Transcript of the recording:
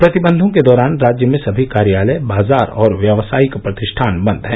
प्रतिबंधों के दौरान राज्य में सभी कार्यालय बाजार और व्यावसायिक प्रतिष्ठान बंद हैं